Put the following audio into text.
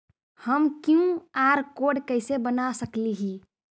हम QR code कैसे बना सकली ही?